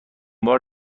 بار